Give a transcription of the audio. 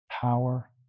power